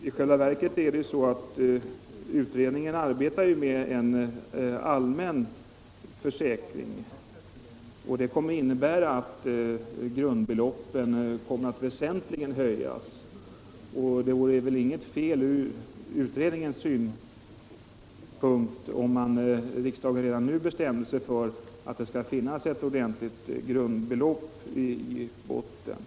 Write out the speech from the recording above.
I själva verket är det så, att utredningen arbetar med förslag till en allmän försäkring, som kommer att innebära att grundbeloppen väsentligt skall höjas. Det vore inget fel, sett ur utredningens synvinkel, om man redan nu bestämde sig för att det skall finnas ett ordentligt tilltaget grundbelopp i botten.